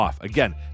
Again